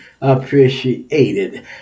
appreciated